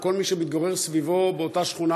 או כל מי שמתגורר סביבו באותה שכונה,